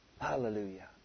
Hallelujah